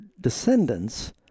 descendants